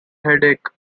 headache